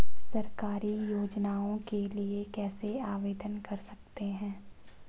सरकारी योजनाओं के लिए कैसे आवेदन कर सकते हैं?